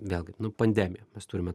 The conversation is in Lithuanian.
vėlgi pandemija mes turime